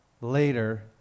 later